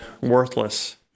worthless